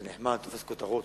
זה נחמד ותופס כותרות.